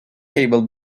table